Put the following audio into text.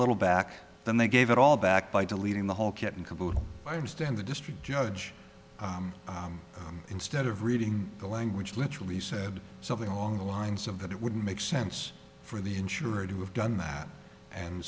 little back then they gave it all back by deleting the whole kit and caboodle i understand the district judge instead of reading the language literally said something along the lines of that it wouldn't make sense for the insurer to have done that and